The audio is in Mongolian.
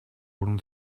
уран